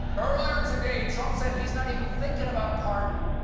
earlier today, trump said he's not even thinking about a pardon.